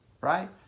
right